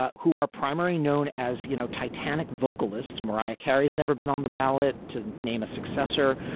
ah who are primary known as, you know, titanic vocalists. mariah carey has never been on the ballot to name a successor.